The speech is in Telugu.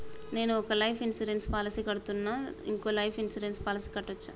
నేను ఒక లైఫ్ ఇన్సూరెన్స్ పాలసీ కడ్తున్నా, ఇంకో లైఫ్ ఇన్సూరెన్స్ పాలసీ కట్టొచ్చా?